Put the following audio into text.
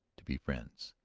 to be friends.